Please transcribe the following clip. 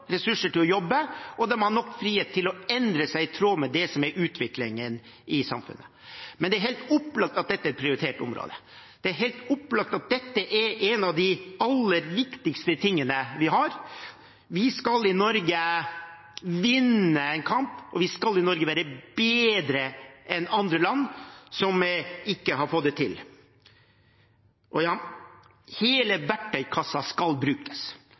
ressurser til å jobbe, og de må ha nok frihet til å endre seg i tråd med det som er utviklingen i samfunnet. Men det er helt opplagt at dette er et prioritert område. Det er helt opplagt at dette er en av de aller viktigste tingene vi gjør. Vi skal i Norge vinne en kamp, og vi skal i Norge være bedre enn andre land som ikke har fått det til. Og ja, hele verktøykassa skal brukes.